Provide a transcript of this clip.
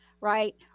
right